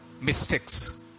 mistakes